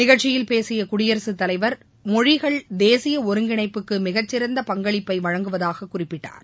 நிகழ்ச்சியில் பேசிய குடியரசுத் தலைவர் மொழிகள் தேசிய ஒருங்கிணைப்புக்கு மிகச்சிறந்த பங்களிப்பை வழங்குவதாக குறிப்பிட்டார்